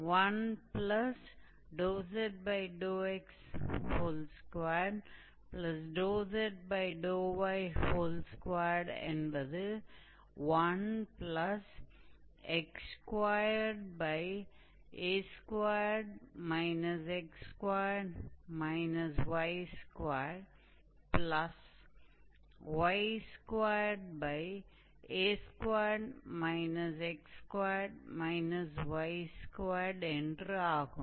1zx2zy2என்பது 1x2a2 x2 y2y2a2 x2 y2 என்று ஆகும்